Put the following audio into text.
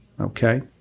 Okay